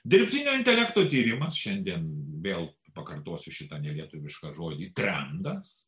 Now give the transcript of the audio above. dirbtinio intelekto tyrimas šiandien vėl pakartosiu šitą nelietuvišką žodį trendas